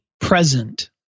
present